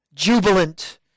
jubilant